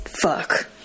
fuck